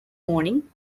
morning